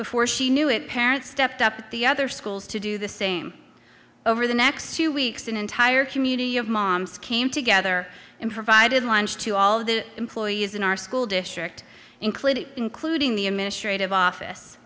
before she knew it parents stepped up the other schools to do the same over the next two weeks an entire community of moms came together and provided lunch to all of the employees in our school district included including the administrative office